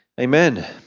Amen